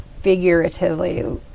Figuratively